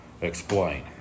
explain